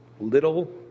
Little